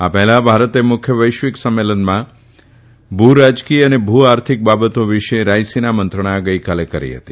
આ પહેલા ભારતે મુખ્ય વૈશ્વિક સંમેલનમાં રાજકીય અને ભુ આર્થિક બાબતો વિશે સાયસીની મંત્રણા ગઇકાલે કરી હતી